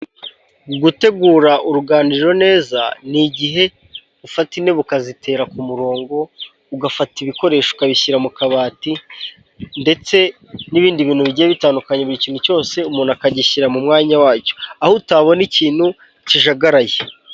Gutegura uruganiriro neza ni igihe ufata intebe ukazitera ku murongo, ugafata ibikoresho ukabishyira mu kabati ndetse n'ibindi bintu bigiye bitandukanye buri ikintu cyose umuntu akagishyira mu mwanya wacyo, aho utabona ikintu kijagaraye.